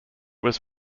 was